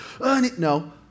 No